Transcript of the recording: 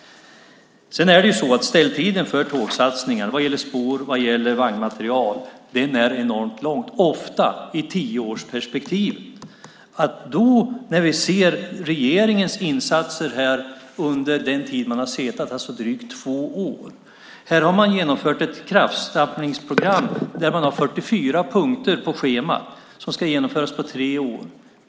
Ställtiden för tågsatsningar när det gäller spår och vagnmateriel är enormt lång. Ofta handlar det om ett tioårsperspektiv. Nu ser vi regeringens insatser under drygt två år i regeringsställning. Man har genomfört ett kraftsamlingsprogram med 44 punkter på schemat som ska genomföras på tre år.